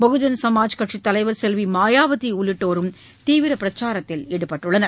பகுஜன் சமாஜ் கட்சித் தலைவர் செல்வி மாயாவதி உள்ளிட்டோரும் தீவிர பிரச்சாரத்தில் ஈடுபட்டுள்ளனர்